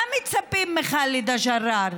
למה מצפים מחאלדה ג'ראר,